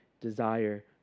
desire